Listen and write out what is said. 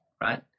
right